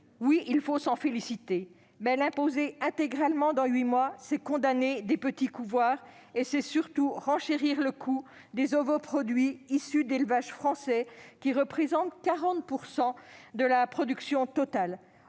Oui, il faut s'en féliciter, mais imposer une interdiction intégrale dans huit mois, c'est condamner des petits couvoirs et c'est surtout renchérir le coût des ovoproduits issus d'élevages français, qui représentent 40 % de la production totale.